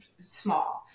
small